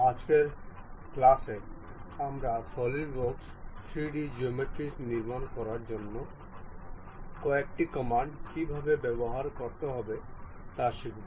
আজকের ক্লাসে আমরা সলিডওয়ার্কের 3D জিওমেট্রিস নির্মাণ করার জন্য কয়েকটি কমান্ড কীভাবে ব্যবহার করতে হবে তা শিখব